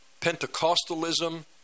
Pentecostalism